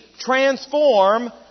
transform